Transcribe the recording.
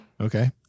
Okay